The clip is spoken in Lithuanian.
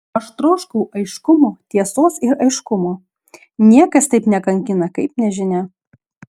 aš troškau aiškumo tiesos ir aiškumo niekas taip nekankina kaip nežinia